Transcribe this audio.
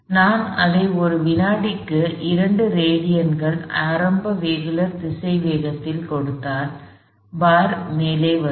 எனவே நான் அதை ஒரு வினாடிக்கு 2 ரேடியன்களின் ஆரம்ப அங்குலர் திசைவேகத்தில் கொடுத்தால் பார் மேலே வரும்